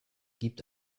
gibt